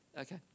okay